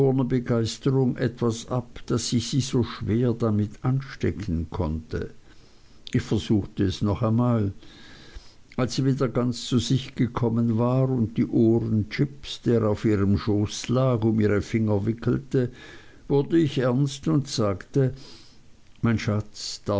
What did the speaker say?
begeisterung etwas ab daß ich sie so schwer damit anstecken konnte ich versuchte es noch einmal als sie wieder ganz zu sich gekommen war und die ohren jips der auf ihrem schoße lag um ihre finger drehte wurde ich ernst und sagte mein schatz